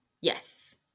Yes